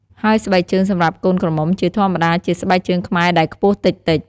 ហើយស្បែកជើងសម្រាប់កូនក្រមុំជាធម្មតាជាស្បែកជើងខ្មែរដែលខ្ពស់តិចៗ។